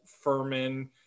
Furman